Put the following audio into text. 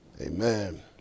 Amen